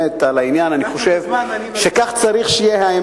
אני חושב שכך צריך שיהיה,